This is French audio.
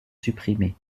supprimé